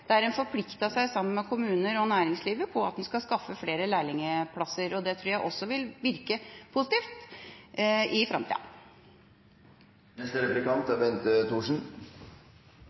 der en sammen med kommuner og næringslivet forpliktet seg til å skaffe flere lærlingplasser. Dette tror jeg også vil virke positivt i framtida. Fremskrittspartiet er